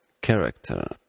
character